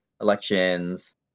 elections